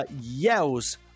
yells